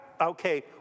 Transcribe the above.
Okay